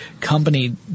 company